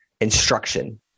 instruction